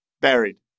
buried